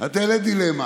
את העלית דילמה.